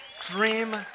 Dream